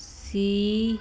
C